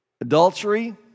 adultery